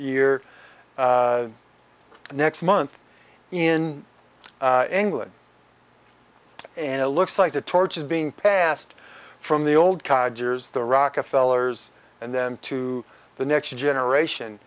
year next month in england and it looks like the torch is being passed from the old codgers the rockefeller's and then to the next generation